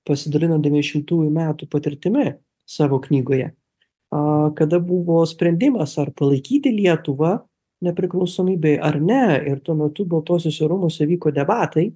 pasidalino devyniašimtųjų metų patirtimi savo knygoje a kada buvo sprendimas ar palaikyti lietuvą nepriklausomybei ar ne ir tuo metu baltuosiuose rūmuose vyko debatai